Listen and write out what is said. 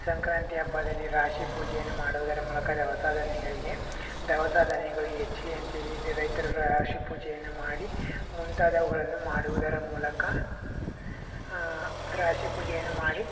ಸಂಕ್ರಾಂತಿ ಹಬ್ಬದಲ್ಲಿ ರಾಶಿ ಪೂಜೆಯನ್ನು ಮಾಡುವುದರ ಮೂಲಕ ದವಸ ಧಾನ್ಯಗಳಿಗೆ ದವಸ ಧಾನ್ಯಗಳು ಹೆಚ್ಲಿ ಅಂಥೇಳಿ ರೈತರು ರಾಶಿಪೂಜೆಯನ್ನು ಮಾಡಿ ಮುಂತಾದವುಗಳನ್ನು ಮಾಡುವುದರ ಮೂಲಕ ರಾಶಿಪೂಜೆಯನ್ನು ಮಾಡಿ